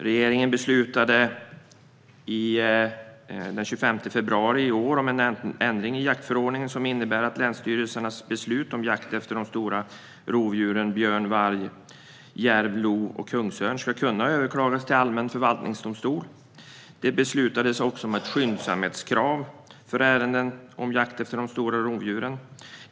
Regeringen beslutade den 25 februari i år om en ändring i jaktförordningen som innebär att länsstyrelsernas beslut om jakt efter de stora rovdjuren björn, varg, järv, lo och kungsörn ska kunna överklagas till allmän förvaltningsdomstol. Det beslutades också om ett skyndsamhetskrav för ärenden om jakt efter de stora rovdjuren.